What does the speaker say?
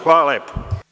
Hvala lepo.